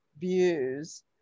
views